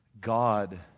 God